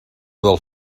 del